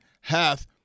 hath